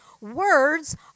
Words